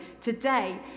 today